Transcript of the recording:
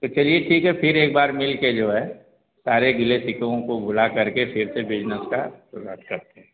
तो चलिए ठीक है फिर एक बार मिल कर जो है सारे गिले शिकवों को भुला करके फिर से बिजनस का शुरुआत करते हैं